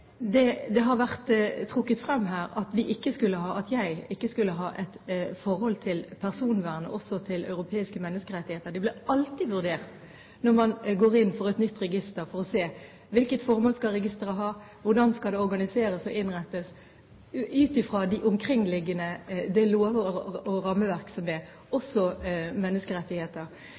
Det har vært trukket frem her at jeg ikke skulle ha et forhold til personvern og heller ikke til europeiske menneskerettigheter. Det blir alltid vurdert når man går inn for et nytt register for å se hvilket formål registeret skal ha, og hvordan det skal organiseres og innrettes ut fra de omkringliggende lover og rammeverk, også menneskerettigheter. Dette vil alltid være en vurdering som